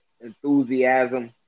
enthusiasm